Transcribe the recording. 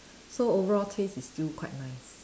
so overall taste is still quite nice